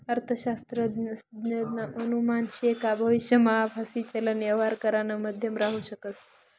अर्थशास्त्रज्ञसना अनुमान शे का भविष्यमा आभासी चलन यवहार करानं माध्यम राहू शकस